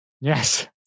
Yes